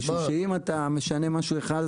משום שאם אתה משנה משהו אחד,